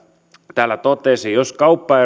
täällä totesi jos kauppa